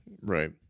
Right